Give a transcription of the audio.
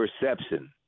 perception